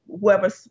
whoever